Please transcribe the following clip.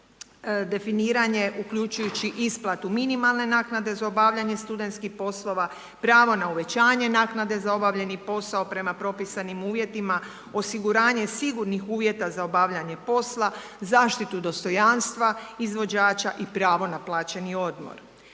uključujući isplatu minimalne naknade za obavljanje studentskih poslova, pravo na uvećanje naknade za obavljeni posao prema propisanim uvjetima, osiguranje sigurnih uvjeta za obavljenje posla, zaštitu dostojanstva izvođača i pravo na plaćeni odmor.